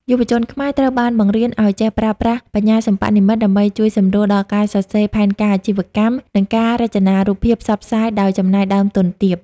យុវជនខ្មែរត្រូវបានបង្រៀនឱ្យចេះប្រើប្រាស់ "បញ្ញាសិប្បនិម្មិត" ដើម្បីជួយសម្រួលដល់ការសរសេរផែនការអាជីវកម្ម និងការរចនារូបភាពផ្សព្វផ្សាយដោយចំណាយដើមទុនទាប។